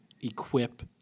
equip